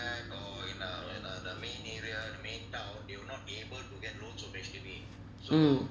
mm